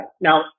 Now